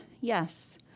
Yes